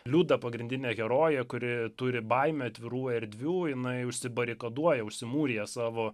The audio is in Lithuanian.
liuda pagrindinė herojė kuri turi baimę atvirų erdvių jinai užsibarikaduoja užsimūrija savo